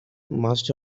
must